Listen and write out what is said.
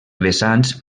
vessants